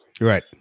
Right